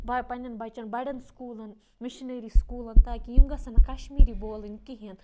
پَننٮ۪ن بَچَن بَڑٮ۪ن سُکوٗلَن مِشنری سُکولَن تاکہِ یِم گَژھَن نہٕ کَشمیٖری بولٕنۍ کِہیٖنۍ